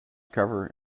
cover